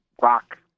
rock